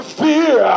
fear